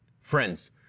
friends